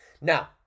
Now